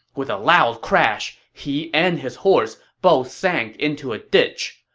with a loud crash, he and his horse both sank into a ditch.